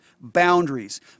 boundaries